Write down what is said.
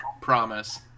Promise